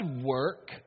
work